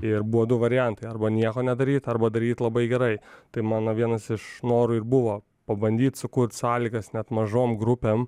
ir buvo du variantai arba nieko nedaryt arba daryt labai gerai tai mano vienas iš norų ir buvo pabandyt sukurt sąlygas net mažom grupėm